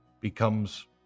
becomes